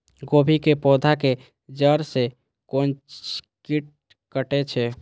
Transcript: गोभी के पोधा के जड़ से कोन कीट कटे छे?